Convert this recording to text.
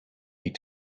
need